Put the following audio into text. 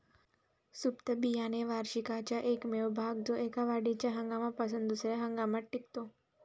सुप्त बियाणे वार्षिकाचा एकमेव भाग जो एका वाढीच्या हंगामापासून दुसर्या हंगामात टिकतो